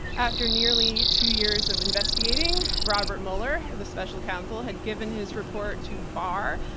after nearly two years of investigating, robert mueller, the special counsel, had given his report to barr.